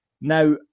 now